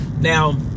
now